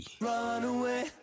Runaway